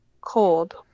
cold